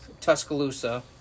Tuscaloosa